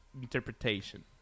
interpretation